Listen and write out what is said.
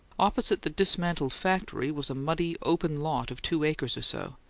opposite the dismantled factory was a muddy, open lot of two acres or so,